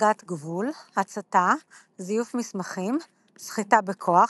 הסגת גבול, הצתה, זיוף מסמכים, סחיטה בכוח,